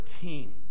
team